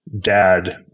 dad